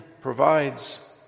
provides